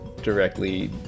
directly